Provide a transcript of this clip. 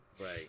Right